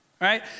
right